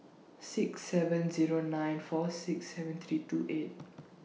six seven Zero nine four six seven three two eight